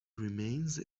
remains